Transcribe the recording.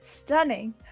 Stunning